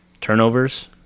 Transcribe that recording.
turnovers